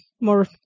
more